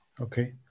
okay